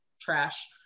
trash